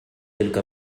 تلك